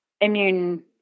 immune